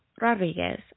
Rodriguez